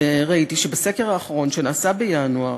וראיתי שבסקר האחרון, שנעשה בינואר,